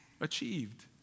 achieved